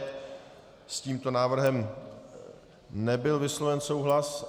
S tímto návrhem nebyl vysloven souhlas.